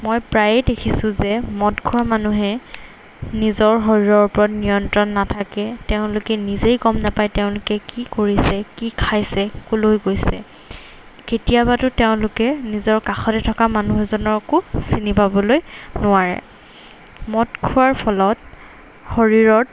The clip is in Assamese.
মই প্ৰায়েই দেখিছোঁ যে মদ খোৱা মানুহে নিজৰ শৰীৰৰ ওপৰত নিয়ন্ত্ৰণ নাথাকে তেওঁলোকে নিজেই গম নাপায় তেওঁলোকে কি কৰিছে কি খাইছে ক'লৈ গৈছে কেতিয়াবাতো তেওঁলোকে নিজৰ কাষতে থকা মানুহ এজনকো চিনি পাবলৈ নোৱাৰে মদ খোৱাৰ ফলত শৰীৰত